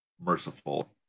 merciful